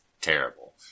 terrible